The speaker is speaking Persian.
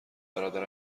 برادر